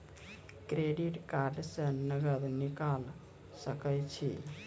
Credit card से नगद निकाल सके छी?